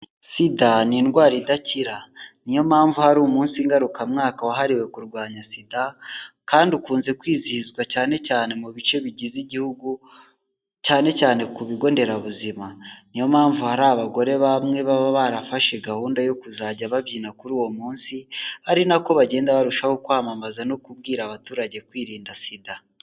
Sida ni indwara idakira, ni yo mpamvu hari umunsi ngarukamwaka wahariwe kurwanya sida, kandi ukunze kwizihizwa cyane cyane mu bice bigize igihugu cyane cyane ku bigo nderabuzima, ni yo mpamvu hari abagore bamwe baba barafashe gahunda yo kuzajya babyina kuri uwo munsi, ari nako bagenda barushaho kwamamaza no kubwira abaturage kwirinda sida.